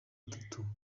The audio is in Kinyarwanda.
atatu